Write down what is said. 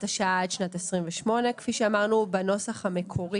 השעה עד שנת 2028. כפי שאמרנו בנוסח המקורי